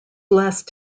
last